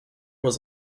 was